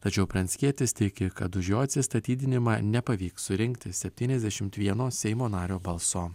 tačiau pranckietis tiki kad už jo atsistatydinimą nepavyks surinkti septyniasdešimt vieno seimo nario balso